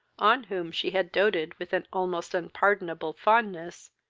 on whom she had doted with an almost unpardonable fondness,